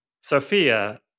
Sophia